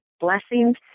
blessings